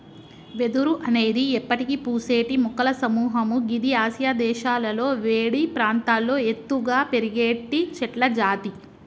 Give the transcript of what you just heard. వెదురు అనేది ఎప్పటికి పూసేటి మొక్కల సముహము గిది ఆసియా దేశాలలో వేడి ప్రాంతాల్లో ఎత్తుగా పెరిగేటి చెట్లజాతి